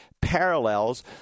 parallels